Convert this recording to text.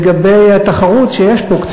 לגבי התחרות שיש פה,